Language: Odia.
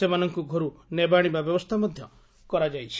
ସେମାନଙ୍କ ଘର୍ ନେବାଆଣିବା ବ୍ୟବସ୍ଥା ମଧ୍ୟ କରାଯାଇଛି